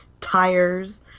tires